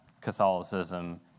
Catholicism